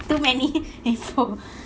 too many info